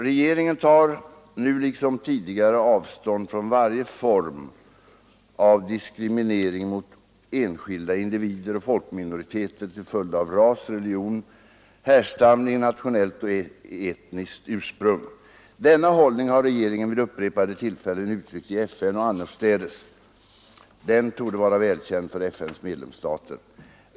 ” Regeringen tar nu liksom tidigare avstånd från varje form av diskriminering mot enskilda individer och folkminoriteter till följd av ras, religion, härstamning, nationellt och etniskt ursprung. Denna hållning har regeringen vid upprepade tillfällen uttryckt i FN och annorstädes. Den torde vara välkänd för FN:s medlemsstater.